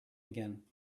again